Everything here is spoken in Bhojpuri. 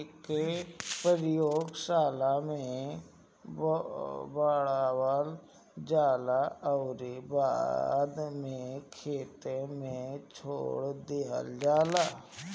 एके प्रयोगशाला में बढ़ावल जाला अउरी बाद में खेते में छोड़ दिहल जाला